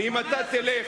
ואם אתה תלך,